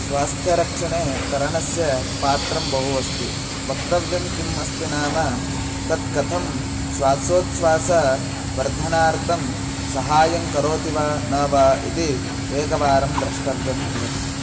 स्वास्थ्यरक्षणे तरणस्य पात्रं बहु अस्ति वक्तव्यं किम् अस्ति नाम तत् कथं श्वासोछ्वासवर्धनार्थं सहायङ्करोति वा न वा इति एकवारं द्रष्टव्यं भवति